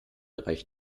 reicht